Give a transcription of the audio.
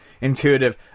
intuitive